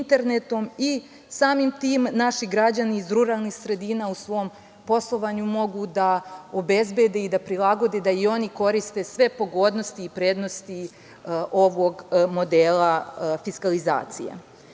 i samim tim naši građani iz ruralnih sredina u svom poslovanju mogu da obezbede i da prilagode da i oni koriste sve pogodnosti i prednosti ovog modela fiskalizacije. Zbog